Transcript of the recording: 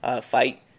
fight